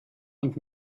und